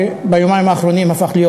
שביומיים האחרונים הפך להיות